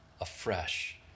afresh